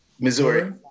Missouri